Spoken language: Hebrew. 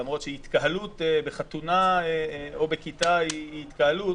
למרות שהתקהלות בחתונה או בכיתה היא התקהלות,